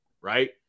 right